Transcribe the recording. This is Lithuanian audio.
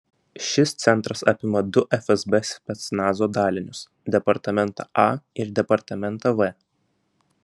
šis centras apima du fsb specnazo dalinius departamentą a ir departamentą v